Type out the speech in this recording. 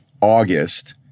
August